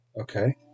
Okay